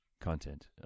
content